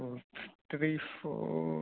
oh X three four